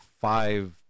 five